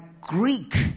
Greek